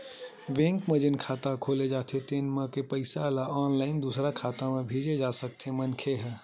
bank म जेन खाता खोले जाथे तेन म के पइसा ल ऑनलाईन दूसर खाता म भेजे जा सकथे मनखे ह